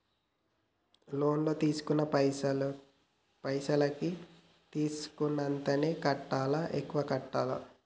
Loan లా తీస్కున్న పైసల్ కి తీస్కున్నంతనే కట్టాలా? ఎక్కువ కట్టాలా?